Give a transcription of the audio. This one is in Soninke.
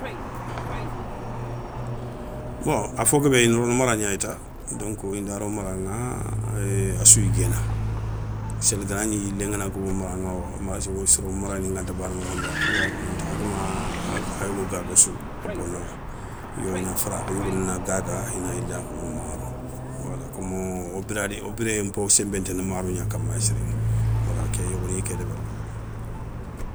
Bon a fo guébé ina rono mara gnayi ta donk indaro maraŋa assou yiguéna, séli ganagni yilé ngana gobo mara ŋa mazéose soro marani nganta bana mokho nbé, khaga tou nanti khagama a yogo gaaga sou a bona. Yo ina farakhou yogonina gaaga ina yila khobono maro wala komo wo biradi wo biréyé npo senbentena maro gna kama siriŋa wala ké yogoniya ké débérini.